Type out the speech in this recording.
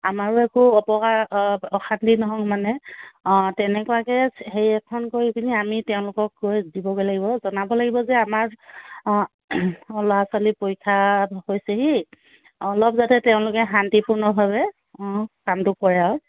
আমাৰো একো অপকাৰ অশান্তি নহওক মানে অ তেনেকুৱাকৈ হেৰি এখন কৰিপেনে আমি তেওঁলোকক গৈ দিবগৈ লাগিব জনাব লাগিব যে আমাৰ অ ল'ৰা ছোৱালীৰ পৰীক্ষা হৈছেহি অলপ যাতে তেওঁলোকে শান্তিপূৰ্ণভাৱে ওম কামটো কৰে আৰু